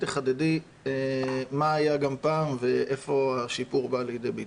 תחדדי מה היה פעם והיכן השיפור בא לידי ביטוי.